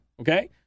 Okay